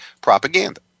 propaganda